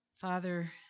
Father